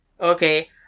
Okay